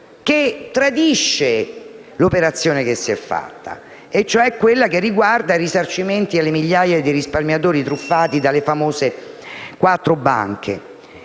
che tradisce l'operazione fatta, cioè quello che riguarda i risarcimenti alle migliaia di risparmiatori truffati dalle famose quattro banche.